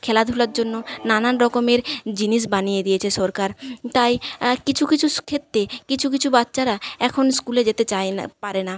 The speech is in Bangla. খেলাধুলার জন্য নানান রকমের জিনিস বানিয়ে দিয়েছে সরকার তাই কিছু কিছু স ক্ষেত্রে কিছু কিছু বাচ্চারা এখন স্কুলে যেতে চায় না পারে না